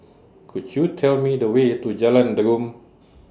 Could YOU Tell Me The Way to Jalan Derum